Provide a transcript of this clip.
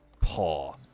paw